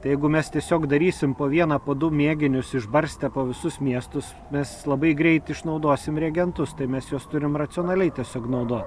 tai jeigu mes tiesiog darysim po vieną po du mėginius išbarstę po visus miestus mes labai greit išnaudosim reagentus tai mes juos turim racionaliai tiesiog naudot